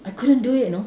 I couldn't do it you know